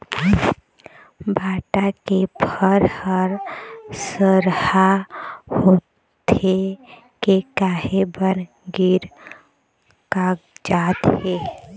भांटा के फर हर सरहा होथे के काहे बर गिर कागजात हे?